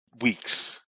weeks